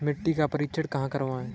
मिट्टी का परीक्षण कहाँ करवाएँ?